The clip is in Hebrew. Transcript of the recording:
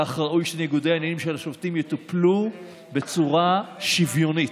כך ראוי שניגודי העניינים של השופטים יטופלו בצורה שוויונית.